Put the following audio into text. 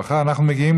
הרווחה והבריאות נתקבלה.